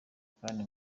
kandi